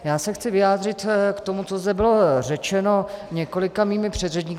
Já se chci vyjádřit k tomu, co zde bylo řečeno několika mými předřečníky.